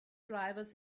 drivers